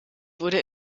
wurde